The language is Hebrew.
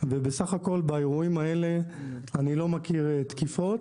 ובסך הכול באירועים האלה אני לא מכיר תקיפות.